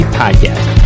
podcast